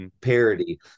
parody